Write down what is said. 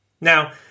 Now